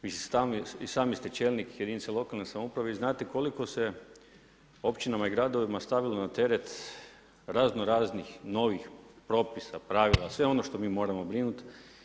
Vi i sami ste čelnik jedinice lokalne samouprave i znate koliko se općinama i gradovima stavilo na teret razno raznih novih propisa, pravila, sve ono što mi moramo brinuti.